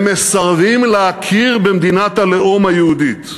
הם מסרבים להכיר במדינת הלאום היהודית?